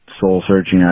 soul-searching